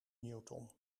newton